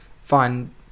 find